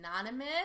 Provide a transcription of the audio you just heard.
anonymous